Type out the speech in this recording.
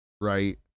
right